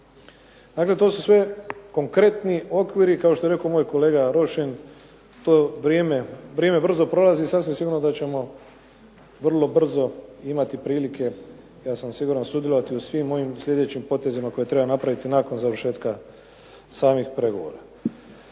to su sve konkretni okviri. Kao što je rekao moj kolega Rošin to vrijeme brzo prolazi i sasvim sigurno da ćemo vrlo brzo imati prilike, ja sam siguran, sudjelovati u svim ovim sljedećim potezima koje treba napraviti nakon završetka samih pregovora.